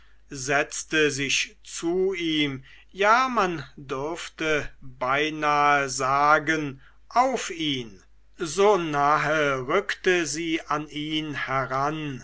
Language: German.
setzte sich zu ihm ja man dürfte beinahe sagen auf ihn so nahe rückte sie an ihn heran